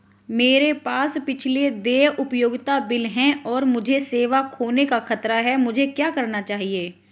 मेरे पास पिछले देय उपयोगिता बिल हैं और मुझे सेवा खोने का खतरा है मुझे क्या करना चाहिए?